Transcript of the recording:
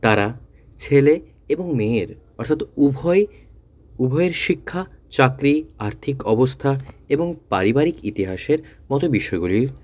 তারা ছেলে এবং মেয়ের অর্থাৎ উভয়ে উভয়ের শিক্ষা চাকরি আর্থিক অবস্থা এবং পারিবারিক ইতিহাসের মতো বিষয়গুলির